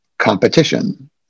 competition